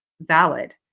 valid